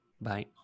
Bye